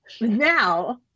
now